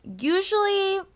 usually